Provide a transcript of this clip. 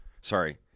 sorry